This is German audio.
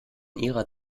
ihrer